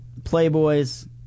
Playboys